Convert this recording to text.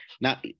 Now